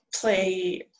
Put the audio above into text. play